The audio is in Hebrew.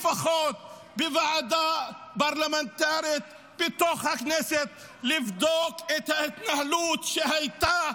לפחות בוועדה פרלמנטרית בתוך הכנסת לבדוק את ההתנהלות שהייתה,